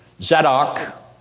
Zadok